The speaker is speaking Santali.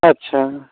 ᱟᱪᱪᱷᱟ